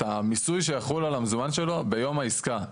את המיסוי שיחול על המזומן שלו, ביום העסקה.